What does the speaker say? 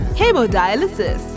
hemodialysis